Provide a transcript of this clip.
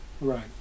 right